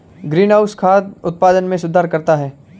greenhouse खाद्य उत्पादन में सुधार करता है